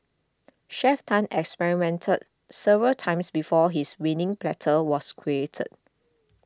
Chef Tan experimented several times before his winning platter was created